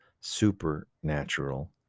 supernatural